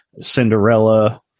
Cinderella